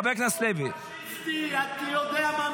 חבר הכנסת מיקי לוי.